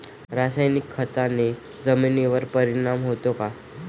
रासायनिक खताने जमिनीवर परिणाम होतो का?